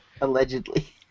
Allegedly